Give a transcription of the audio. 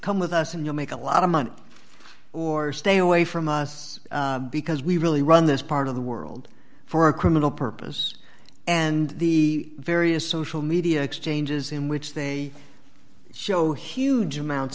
come with us and you make a lot of money or stay away from us because we really run this part of the world for a criminal purpose and the various social media exchanges in which they show huge amounts